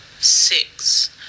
six